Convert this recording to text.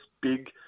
big